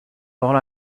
all